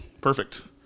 Perfect